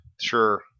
Sure